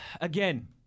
Again